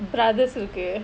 brothers okay